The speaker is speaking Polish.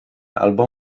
albo